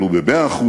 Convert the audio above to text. עלו ב-100%,